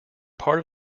part